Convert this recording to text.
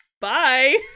Bye